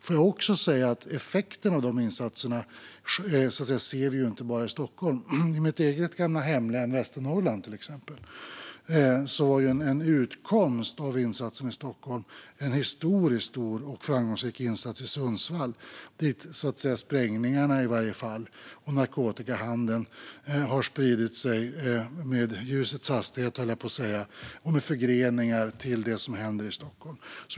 Låt mig också säga att effekten av de insatserna är något som vi inte bara ser i Stockholm utan till exempel även i mitt gamla hemlän Västernorrland. Där var en utkomst av insatsen i Stockholm en historiskt stor och framgångsrik insats i Sundsvall, dit sprängningarna och narkotikahandeln har spridit sig med ljusets hastighet och har förgreningar till det som händer i Stockholm.